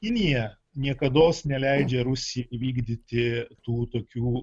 kinija niekados neleidžia rusijai įvykdyti tų tokių